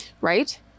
right